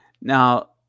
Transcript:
Now